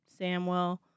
Samwell